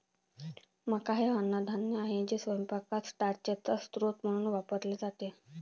मका हे अन्नधान्य आहे जे स्वयंपाकात स्टार्चचा स्रोत म्हणून वापरले जाते